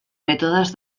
mètodes